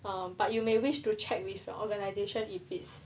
um but you may wish to check with your organisation if it's